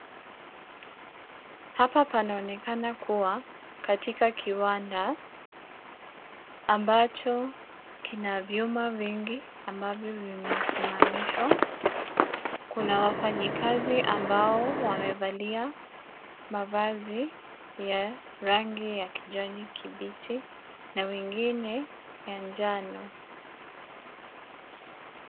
Hapa panaonekana kuwa katika kiwanda ambacho kina vyuma vingi ambavyo vimesimamishwa. Kuna wafanyikazi ambao wamevalia mavazi ya rangi ya kijani kibichi na wengine ya njano.